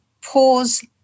pause